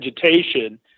vegetation